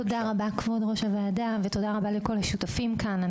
תודה רבה לך כבוד ראש הוועדה ותודה רבה לכל השותפים כאן.